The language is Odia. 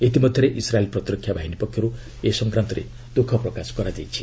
ଇତିମଧ୍ୟରେ ଇସ୍ରାଏଲ୍ ପ୍ରତିରକ୍ଷା ବାହିନୀ ପକ୍ଷରୁ ଏ ନେଇ ଦ୍ୟୁଖ ପ୍ରକାଶ କରାଯାଇଛି